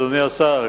אדוני השר,